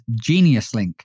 Geniuslink